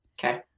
Okay